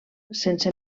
sense